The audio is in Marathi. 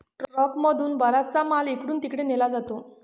ट्रकमधूनही बराचसा माल इकडून तिकडे नेला जातो